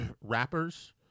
rappers